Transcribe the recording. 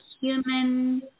human